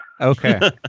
Okay